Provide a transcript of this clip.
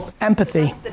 empathy